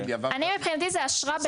מבחינתי זו אשרה בתוקף.